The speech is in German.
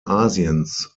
asiens